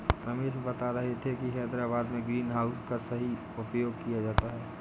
रमेश बता रहे थे कि हैदराबाद में ग्रीन हाउस का सही उपयोग किया जाता है